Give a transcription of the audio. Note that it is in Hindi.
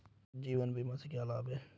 जीवन बीमा से क्या लाभ हैं?